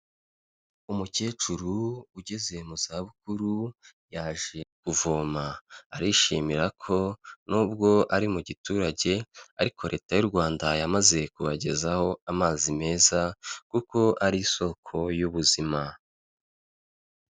Umukecuru ugeze mu zabukuru yaje kuvoma, arishimira ko nubwo ari mu giturage ariko Leta y'u Rwanda yamaze kubagezaho amazi meza kuko ari isoko y'ubuzima.